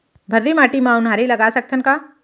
भर्री माटी म उनहारी लगा सकथन का?